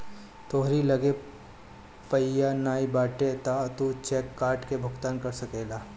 तोहरी लगे पइया नाइ बाटे तअ तू चेक काट के भुगतान कर सकेला